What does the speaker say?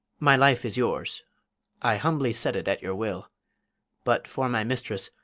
my life is yours i humbly set it at your will but for my mistress,